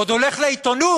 הוא עוד הולך לעיתונות